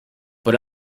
por